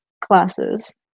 classes